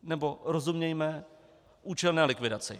Nebo, rozumějme, účelné likvidaci.